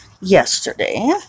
yesterday